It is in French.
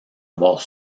avoir